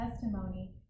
testimony